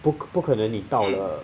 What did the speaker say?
不可能你到了